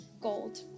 gold